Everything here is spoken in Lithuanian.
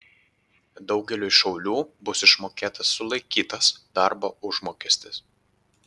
daugeliui šaulių bus išmokėtas sulaikytas darbo užmokestis